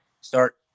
start